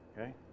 Okay